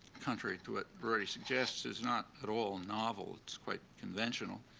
contrary to what rorty suggests, is not at all novel. it's quite conventional.